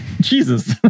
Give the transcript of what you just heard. Jesus